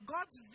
God's